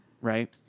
Right